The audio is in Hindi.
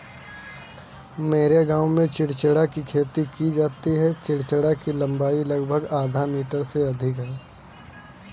मेरे गांव में चिचिण्डा की खेती की जाती है चिचिण्डा की लंबाई लगभग आधा मीटर से अधिक होती है